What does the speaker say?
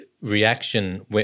reaction